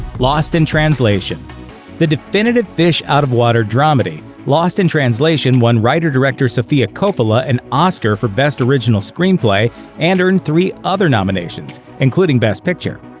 lost in translation the definitive fish-out-of-water dramedy, lost in translation won writer-director sofia coppola an oscar for best original screenplay and earned three other nominations, including best picture.